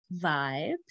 vibes